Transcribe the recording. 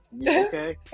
Okay